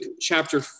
chapter